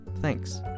Thanks